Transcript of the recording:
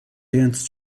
dance